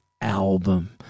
album